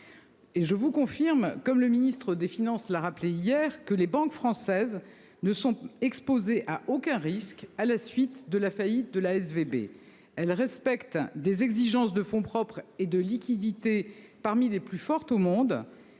Et je vous confirme, comme le ministre des Finances l'a rappelé hier que les banques françaises ne sont exposés à aucun risque à la suite de la faillite de la SVB elles respectent des exigences de fonds propres et de liquidités parmi les plus fortes au monde,